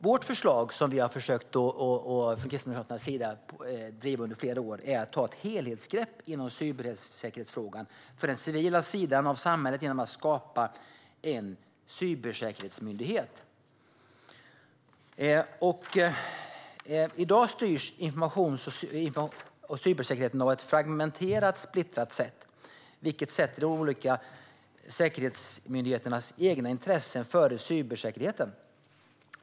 Vårt förslag, som vi försökt driva från Kristdemokraternas sida under flera år, är att ta ett helhetsgrepp om cybersäkerhetsfrågan för den civila sidan av samhället genom att skapa en cybersäkerhetsmyndighet. I dag styrs informations och cybersäkerheten på ett fragmenterat och splittrat sätt, vilket sätter de olika säkerhetsmyndigheternas egna intressen före cybersäkerheten.